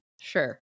Sure